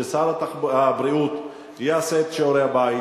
ששר הבריאות יעשה את שיעורי הבית,